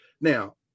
Now